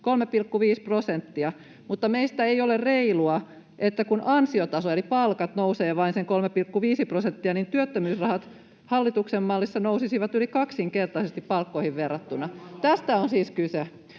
3,5 prosenttia. Mutta meistä ei ole reilua, että kun ansiotaso eli palkat nousee vain sen 3,5 prosenttia, työttömyysrahat hallituksen mallissa nousisivat yli kaksinkertaisesti palkkoihin verrattuna. Tästä on siis kyse.